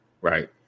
Right